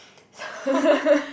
so